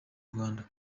rwanda